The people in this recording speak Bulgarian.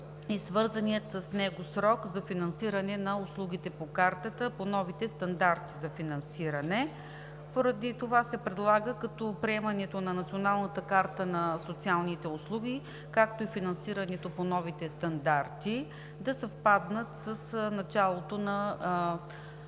и свързаният с него срок за финансиране на услугите по Картата по новите стандарти за финансиране. Поради това се предлага както приемането на Националната карта на социалните услуги, така и финансирането по новите стандарти да съвпаднат с началото на